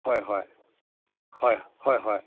ꯍꯣꯏ ꯍꯣꯏ ꯍꯣꯏ ꯍꯣꯏ ꯍꯣꯏ